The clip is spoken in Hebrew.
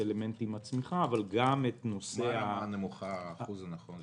האלמנטים של הצמיחה אלא גם את נושא -- מה האחוז הנכון,